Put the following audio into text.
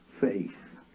faith